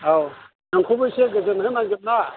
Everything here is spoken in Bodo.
औ नोंखौबो इसे गोजोन होनांगोन ना